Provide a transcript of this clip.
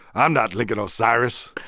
i'm not lincoln osiris.